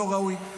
לא ראוי.